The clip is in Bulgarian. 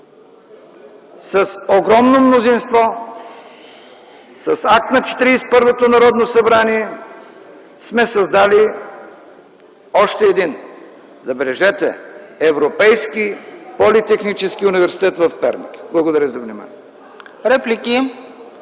с огромно мнозинство, с акт на Четиридесет и първото Народно събрание сме създали още един, забележете, Европейски политехнически университет в Перник. Благодаря за вниманието.